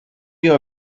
you